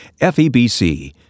FEBC